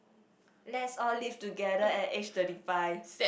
let's all live together at age thirty five